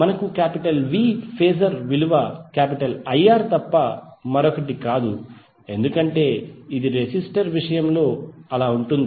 మనకు Vఫేజర్ విలువIR తప్ప మరొకటి కాదు ఎందుకంటే ఇది రెసిస్టర్ విషయంలో అలా ఉంటుంది